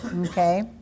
Okay